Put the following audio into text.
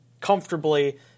comfortably